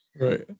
Right